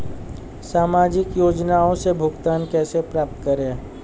सामाजिक योजनाओं से भुगतान कैसे प्राप्त करें?